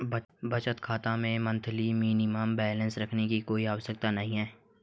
बचत खाता में मंथली मिनिमम बैलेंस रखने की कोई आवश्यकता नहीं है